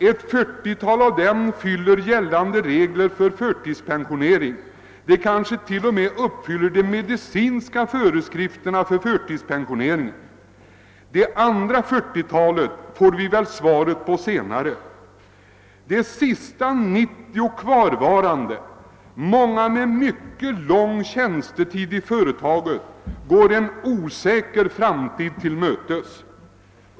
Ett 40-tal av dem fyller gällande krav för förtidspensionering; kanske t.o.m. de medicinska villkoren för sådan pensionering. Det andra 40 talet får vi väl veta mer om senare. De sista 90 kvarvarande — många med mycket lång tjänstetid i företaget — går en osäker framtid till mötes.